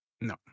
No